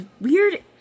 weird